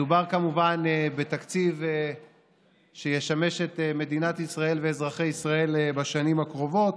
מדובר כמובן בתקציב שישמש את מדינת ישראל ואזרחי ישראל בשנים הקרובות,